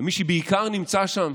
ומי שבעיקר נמצא שם